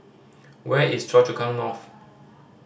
where is Choa Chu Kang North